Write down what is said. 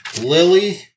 Lily